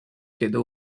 kiedy